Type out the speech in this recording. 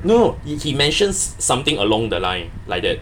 no no he he mentions something along the line like that